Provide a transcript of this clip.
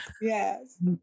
Yes